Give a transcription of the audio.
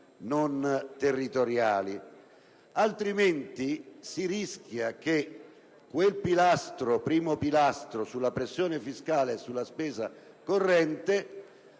non territoriali; altrimenti si rischia che quel primo pilastro sulla pressione fiscale e sulla spesa corrente